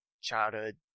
childhood